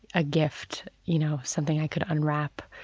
a gift, you know, something i could unwrap.